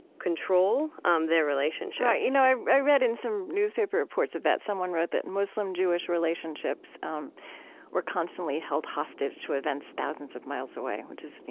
control um their relationships right. you know, i read in some newspaper reports that someone wrote that and muslim-jewish relationships um were constantly held hostage to events thousands of miles away, which is, you